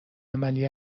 عملی